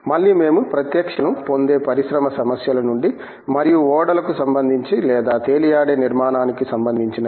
మళ్ళీ మేము ప్రత్యక్ష డేటాను పొందే పరిశ్రమ సమస్యల నుండి మరియు ఓడలకు సంబంధించి లేదా తేలియాడే నిర్మాణానికి సంబంధించినది